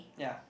yeah